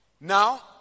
Now